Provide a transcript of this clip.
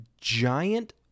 giant